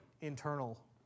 internal